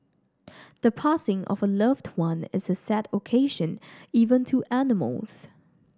the passing of a loved one is a sad occasion even to animals